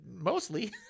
Mostly